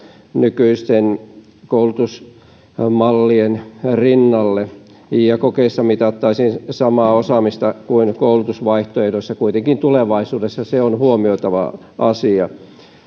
nykyisten koulutusmallien rinnalle kokeissa mitattaisiin samaa osaamista kuin koulutusvaihtoehdoissa kuitenkin tulevaisuudessa se on huomioitava asia